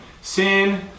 Sin